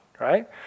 right